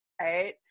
right